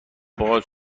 باز